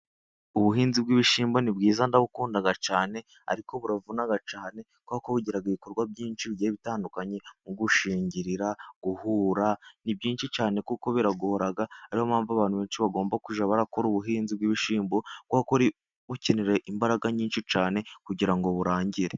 Ubuhinzi bw'ibishyimbo ni bwiza ndabukunda cyane, ariko buravuna cyane, kuko kubugira ibikorwa byinshi bigiye bitandukanye, nko gushingirira, guhura, ni byinshi cyane kuko buragora, ariyo mpamvu abantu benshi bagomba kujya abarakora ubuhinzi bw'ibishyimbo, kuko bukenera imbaraga nyinshi cyane, kugirango burangire.